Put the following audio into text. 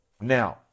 Now